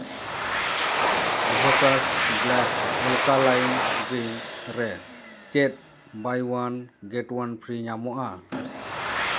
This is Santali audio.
ᱮᱵᱷᱚᱠᱟᱥ ᱵᱞᱮᱠ ᱚᱞᱠᱟᱞᱟᱭᱤᱱ ᱰᱨᱤᱝᱠ ᱪᱮᱫ buy one get one free ᱧᱟᱢᱚᱜᱼᱟ